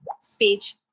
Speech